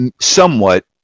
somewhat